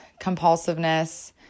compulsiveness